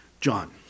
john